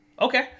Okay